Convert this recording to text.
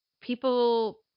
people